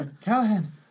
Callahan